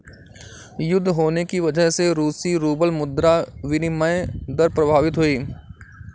युद्ध होने की वजह से रूसी रूबल मुद्रा विनिमय दर प्रभावित हुई